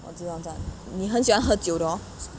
我你很喜欢喝酒的 hor